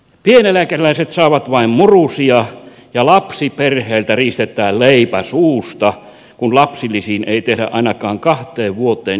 pieneläkeläiset saavat vain murusia ja lapsiperheiltä riistetään leipä suusta kun lapsilisiin ei tehdä ainakaan kahteen vuoteen indeksikorotuksia